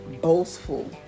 boastful